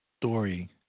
story